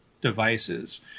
devices